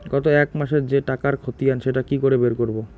গত এক মাসের যে টাকার খতিয়ান সেটা কি করে বের করব?